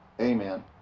amen